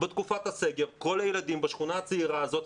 בתקופת הסגר כל הילדים בשכונה הצעירה הזאת,